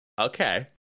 Okay